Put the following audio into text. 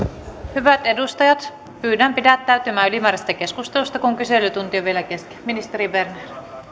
hyvät edustajat pyydän pidättäytymään ylimääräisestä keskustelusta kun kyselytunti on vielä kesken ministeri berner